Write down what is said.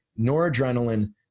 noradrenaline